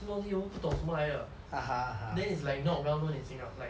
什么东西我都不懂什么来的 then is like not well known in singa~ like